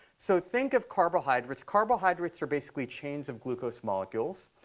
so think of carbohydrates. carbohydrates are basically chains of glucose molecules.